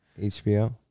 HBO